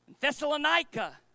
Thessalonica